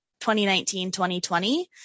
2019-2020